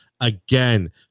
again